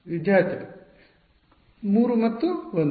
ವಿದ್ಯಾರ್ಥಿ 3 ಮತ್ತು 1